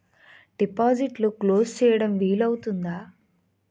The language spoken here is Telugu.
డిపాజిట్లు క్లోజ్ చేయడం వీలు అవుతుందా?